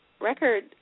record